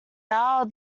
now